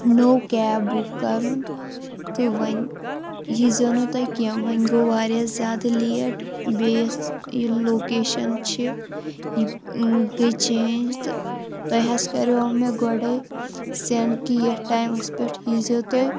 نٔو cab book کَرُن تہٕ وۄنۍ ییٖزیو نہٕ تُہۍ کینٛہہ وۄنۍ گوٚو واریاہ زیادٕ لیٹ بییٚہِ یۄس یہِ لوکیشَن چھِ یہِ گٔے چینج تہٕ تۄہہِ حظ کَریو مےٚ گۄڈے سینڈ کہِ یَتھ ٹایِمَس پیٹھ ییٖزیو تُہۍ